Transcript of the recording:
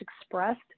expressed